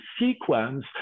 sequence